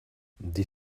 die